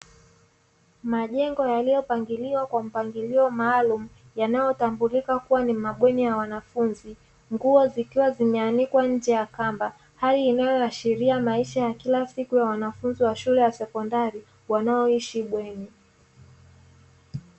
Majengo yaliyopangiliwa kwa mpangilio maalumu yanayotambulika kuwa ni mabweni ya wanafunzi, nguo zikiwa zimeanikwa nje ya kamba. Hali inayoashiria maisha ya kila siku ya wanafunzi wa shule ya sekondari wanaoishi bweni.